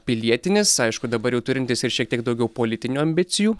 pilietinis aišku dabar jau turintis ir šiek tiek daugiau politinių ambicijų